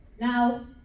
Now